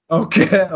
okay